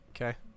Okay